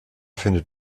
findet